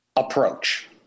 approach